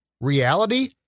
reality